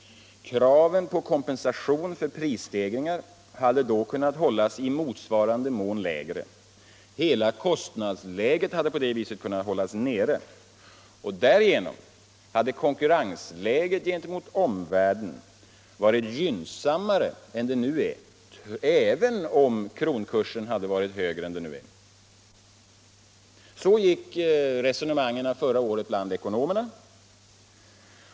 Kraven på kompensation för prisstegringar hade då kunnat hållas i motsvarande mån lägre. Hela kostnadsläget hade på det viset kunnat hållas nere. Därigenom hade konkurrensläget gentemot utlandet varit gynnsammare än det nu är, även om kronkursen hade varit högre än nu. Så gick resonemangen förra året bland ekonomerna.